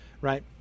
right